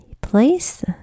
place